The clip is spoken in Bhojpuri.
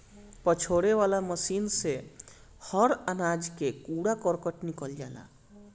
पछोरे वाला मशीन से हर अनाज कअ कूड़ा करकट निकल जाला